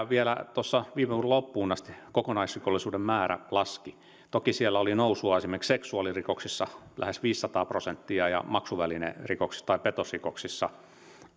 vielä viime vuoden loppuun asti kokonaisrikollisuuden määrä laski toki oli nousua esimerkiksi seksuaalirikoksissa lähes viisisataa prosenttia ja maksuvälinerikoksissa tai petosrikoksissa